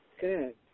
Good